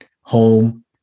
home